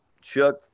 Chuck